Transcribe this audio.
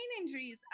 injuries